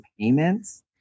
payments